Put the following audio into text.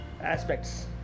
aspects